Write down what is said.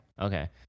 Okay